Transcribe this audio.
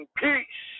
peace